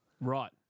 Right